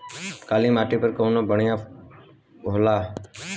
काली माटी पर कउन फसल बढ़िया होला?